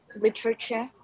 literature